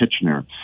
Kitchener